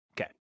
Okay